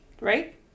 right